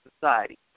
society